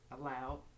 allowed